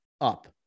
up